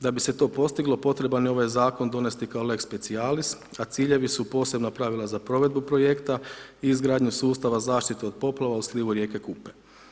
Da bi se to postiglo, potreban je ovaj Zakon donijeti kao lex specialis, a ciljevi su posebna pravila za provedbu projekta i izgradnju sustava zaštite od poplava u slivu rijeke Kupe.